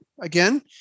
again